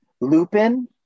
Lupin